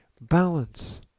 balance